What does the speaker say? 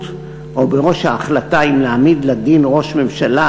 או בראש ההחלטה אם להעמיד לדין ראש ממשלה,